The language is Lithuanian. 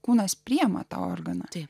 kūnas priima tą organą tai